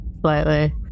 slightly